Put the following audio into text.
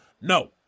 No